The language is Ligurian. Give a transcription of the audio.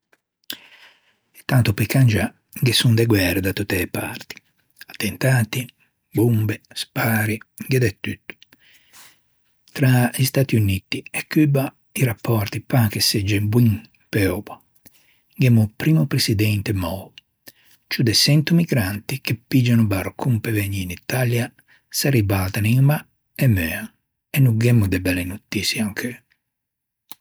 E tanto pe cangiâ ghe son de guære da tutte e parti. Attentati, bombe, spari, gh'é de tutto. Tra-i Stati Unitti e Cubba i rappòrti pan che seggen boin pe oua. Gh'emmo o primmo presidente mòo, ciù de çento migranti che piggian o barcon pe vegnî in Italia, se ribaltam in mâ e meuan e no gh'emmo de belle notiçie ancheu.